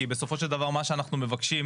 כי בסופו של דבר מה שאנחנו מבקשים